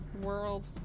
world